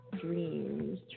Dreams